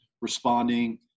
responding